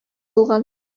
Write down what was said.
булган